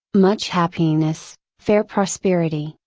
much happiness, fair prosperity,